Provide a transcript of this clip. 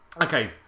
Okay